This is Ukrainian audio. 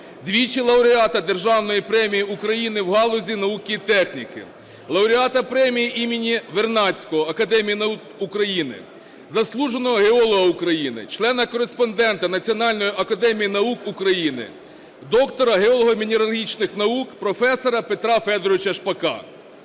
двічі лауреата Державної премії України в галузі науки і техніки, лауреата премії імені Вернадського Академії наук України, Заслуженого геолога України, члена-кореспондента Національної академії наук України, доктора геолого-мінералогічних наук, професора Петра Федоровича Шпака.